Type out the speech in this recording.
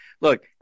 look